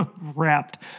wrapped